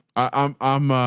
i'm i'm,